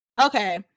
Okay